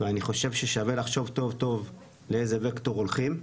ואני חושב ששווה לחשוב טוב לאיזה וקטור הולכים.